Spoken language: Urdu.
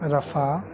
رفاح